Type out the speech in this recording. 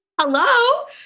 Hello